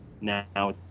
Now